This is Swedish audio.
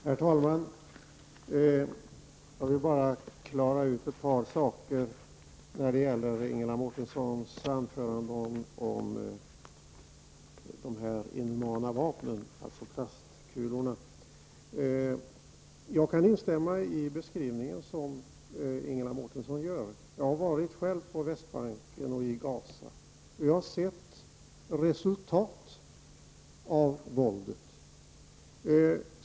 Herr talman! Jag vill bara klargöra ett par saker när det gäller Ingela Mårtenssons anförande om de inhumana vapnen, alltså plastkulorna. Jag kan instämma i hennes beskrivning. Jag har själv varit på Västbanken och i Gaza. Jag har sett resultatet av våldet.